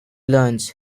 learns